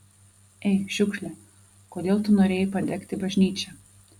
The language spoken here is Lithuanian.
ei šiukšle kodėl tu norėjai padegti bažnyčią